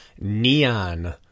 neon